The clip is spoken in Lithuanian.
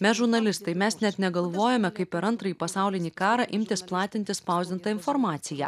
mes žurnalistai mes net negalvojame kaip per antrąjį pasaulinį karą imtis platinti spausdintą informaciją